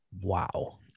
wow